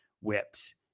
whips